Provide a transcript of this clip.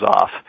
off